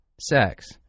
sex